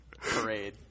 parade